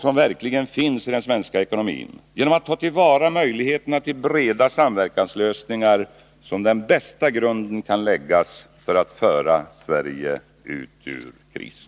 som verkligen finns i den svenska ekonomin, genom att ta till vara möjligheterna till breda samverkanslösningar som den bästa grunden kan läggas för att föra Sverige ut ur krisen.